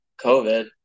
COVID